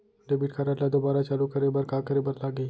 Debit card ला दोबारा चालू करे बर का करे बर लागही?